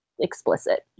Explicit